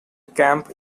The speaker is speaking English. camp